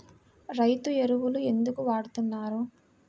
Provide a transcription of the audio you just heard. రైతు ఎరువులు ఎందుకు వాడుతున్నారు?